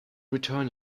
return